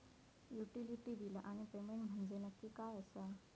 Utility बिला आणि payment म्हंजे नक्की काय आसा?